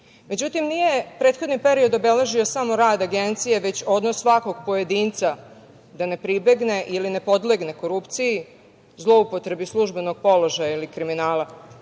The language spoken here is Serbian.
Međutim, nije prethodni period obeležio samo rad Agencije, već odnos svakog pojedinca da ne pribegne ili da ne podlegne korupciji, zloupotrebi službenog položaja ili kriminala. Ne